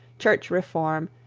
church reform,